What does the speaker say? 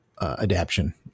Adaption